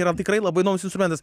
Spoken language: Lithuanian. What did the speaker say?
yra tikrai labai įdomus instrumentas